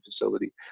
facility